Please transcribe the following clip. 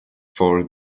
for